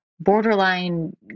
borderline